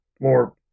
more